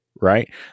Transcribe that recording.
Right